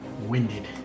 Winded